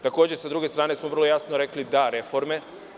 Takođe, s druge strane, vrlo jasno smo rekli - da reforme.